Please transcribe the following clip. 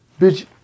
Bitch